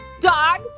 Dogs